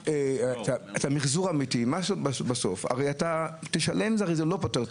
כשאתה מחייב לקבל החזר את השקיות זה באמת